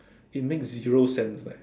it makes zero sense leh